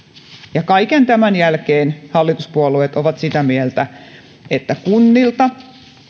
ja kaiken tämän jälkeen hallituspuolueet ovat sitä mieltä että kunnilta